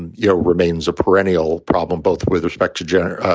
you know, remains a perennial problem, both with respect to gender,